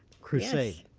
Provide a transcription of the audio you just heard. crusade.